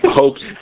hopes